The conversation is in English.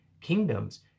kingdoms